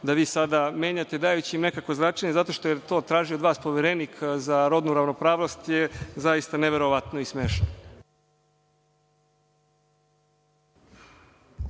da vi sada menjate dajući nekakvo značenje, zato što je to tražio od vas Poverenik za rodnu ravnopravnost, jer je zaista neverovatno i smešno.